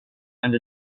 and